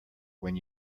when